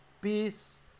peace